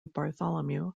bartholomew